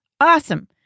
Awesome